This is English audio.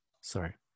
Sorry